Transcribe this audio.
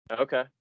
Okay